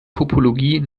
topologie